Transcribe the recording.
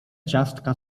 ciastka